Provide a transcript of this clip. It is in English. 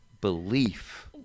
belief